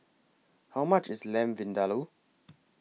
How much IS Lamb Vindaloo